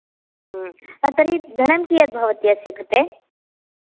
हा तर्हि धनं कियत् भवति अस्य कृते